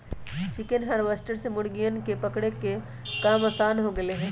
chicken harvester से मुर्गियन के पकड़े के काम आसान हो गैले है